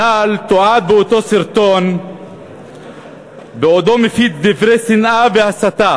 הנ"ל תועד באותו סרטון בעודו מפיק דברי שנאה והסתה